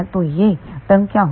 तो यह टरम क्या होगा